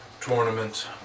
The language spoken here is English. Tournament